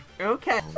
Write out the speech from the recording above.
Okay